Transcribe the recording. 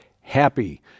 happy